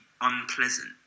unpleasant